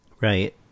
Right